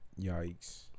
Yikes